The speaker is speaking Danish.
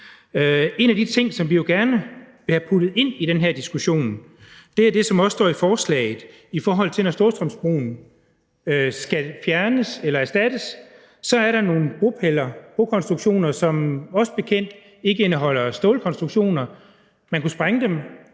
En af de ting, som vi jo gerne vil have puttet ind i den her diskussion, er det, som også står i forslaget, nemlig at når Storstrømsbroen skal erstattes, er der nogle bropiller, brokonstruktioner, som os bekendt ikke indeholder stål. Man kunne sprænge dem